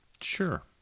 Sure